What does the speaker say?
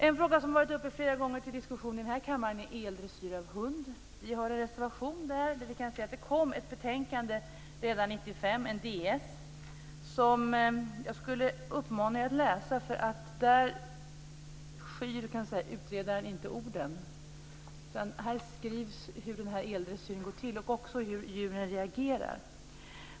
En fråga som har varit uppe till diskussion flera gånger i kammaren är eldressyr av hund. Vi har en reservation där. Det kom en utredning redan 1995 som jag skulle vilja uppmana er att läsa. Utredaren skyr inte några ord, utan här beskrivs hur eldressyren går till och också hur djuren reagerar.